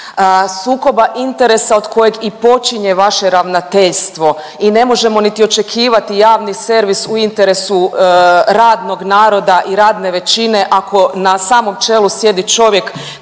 sukoba interesa od kojeg i počinje vaše ravnateljstvo i ne možemo niti očekivati javni servis u interesu radnog naroda i radne većine ako na samom čelu sjedi čovjek